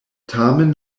tamen